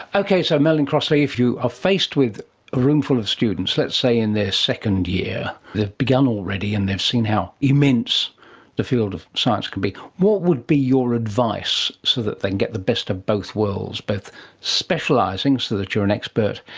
okay, so merlin crossley, if you are faced with a room full of students, let's say in their second year, they've begun already and they've seen how immense the field of science can be, what would be your advice so that they can get the best of both worlds, both specialising so that you are an expert,